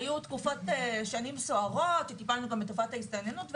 היו תקופות של שנים סוערות שטיפלנו בהן גם בתופעת ההסתננות,